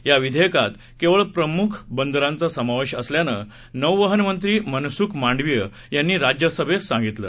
याविधेयकातकेवळप्रमुखबंदरांचासमावेशअसल्याचंनौवहनमंत्रीमनसुखमांडवीययांनीराज्यसभेतसांगितलं